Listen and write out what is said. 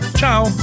ciao